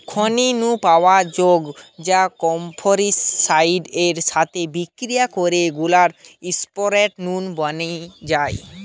খনি নু পাওয়া যৌগ গা ফস্ফরিক অ্যাসিড এর সাথে বিক্রিয়া করিকি গুলা ফস্ফেট নুন বনি যায়